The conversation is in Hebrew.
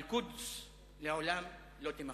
אלקודס לעולם לא תימחק.